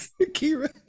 Akira